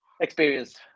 experience